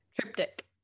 Triptych